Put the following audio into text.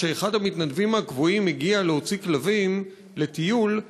כשאחד המתנדבים הקבועים הגיע להוציא כלבים לטיול,